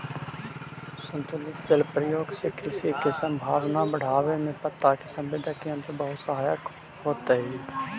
संतुलित जल प्रयोग से कृषि के संभावना बढ़ावे में पत्ता के संवेदक यंत्र बहुत सहायक होतई